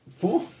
Four